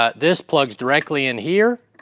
ah this plugs directly in here,